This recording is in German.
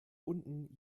unten